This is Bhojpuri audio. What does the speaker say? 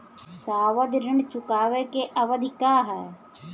सावधि ऋण चुकावे के अवधि का ह?